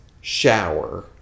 shower